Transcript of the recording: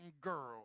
girl